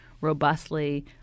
robustly